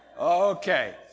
Okay